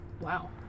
Wow